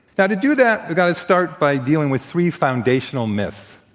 now, to do that, i got to start by dealing with three foundational myths